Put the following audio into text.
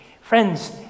Friends